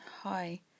Hi